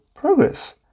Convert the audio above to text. progress